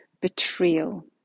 betrayal